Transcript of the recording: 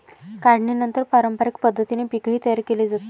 काढणीनंतर पारंपरिक पद्धतीने पीकही तयार केले जाते